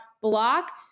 block